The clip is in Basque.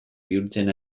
bihurtzen